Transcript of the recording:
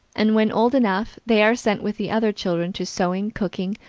and, when old enough, they are sent with the other children to sewing, cooking,